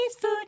food